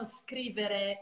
scrivere